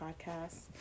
podcast